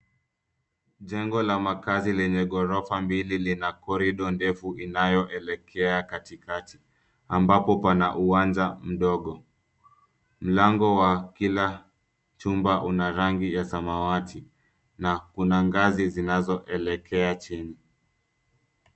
Jengo la makazi lenye ghorofa mbili lina korido ndefu inayoelekea katikati ambapo pana uwanja mdogo. Mlango wa kila chumba una rangi ya samawati na kuna ngazi zinazo elekea chini.